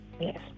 Yes